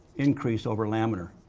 increase over laminar.